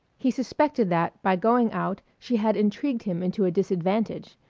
he suspected that by going out she had intrigued him into a disadvantage.